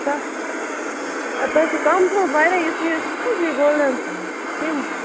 سَتھ اے تۄہہِ چھُ کَم تھوٚمُت واریاہ یُس یہِ یہِ گولڈَن فِم